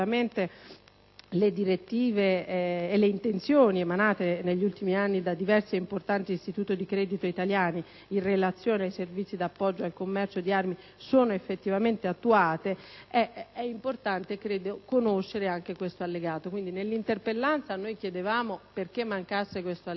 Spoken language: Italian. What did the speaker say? effettivamente le direttive e le intenzioni emanate negli ultimi anni da diversi ed importanti istituti di credito italiani in relazione ai servizi d'appoggio e al commercio di armi sono effettivamente attuate; credo quindi sia importante conoscere anche questo allegato. Pertanto, nell'interpellanza chiedevamo perché mancasse questo allegato